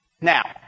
Now